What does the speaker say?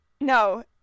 No